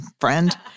friend